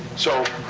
so.